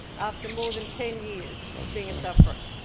after more than ten years of being a sufferer.